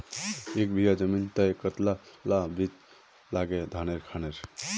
एक बीघा जमीन तय कतला ला बीज लागे धानेर खानेर?